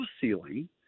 ceiling